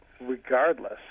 regardless